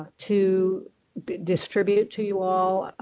to distribute to you all,